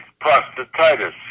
prostatitis